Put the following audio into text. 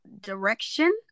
direction